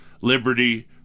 liberty